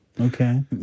Okay